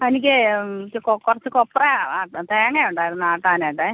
എനിക്കേ കുറച്ച് കൊപ്പ്ര ആ തേങ്ങ ഉണ്ടായിരുന്നു ആട്ടാനായിട്ടേ